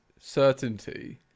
certainty